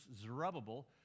Zerubbabel